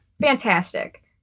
fantastic